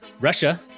Russia